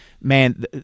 Man